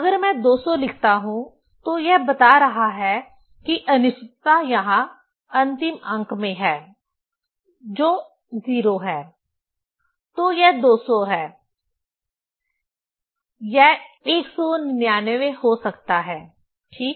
अगर मैं 200 लिखता हूं तो यह बता रहा है कि अनिश्चितता यहां अंतिम अंक में है जो 0 है तो यह 200 है यह 199 हो सकता है ठीक